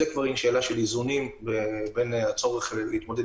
זו כבר שאלה של איזונים בין הצורך להתמודד